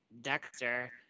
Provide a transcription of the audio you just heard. Dexter